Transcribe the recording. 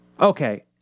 Okay